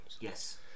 yes